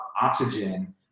oxygen